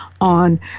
on